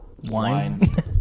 Wine